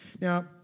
Now